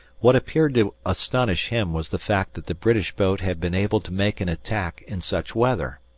what appeared to astonish him was the fact that the british boat had been able to make an attack in such weather.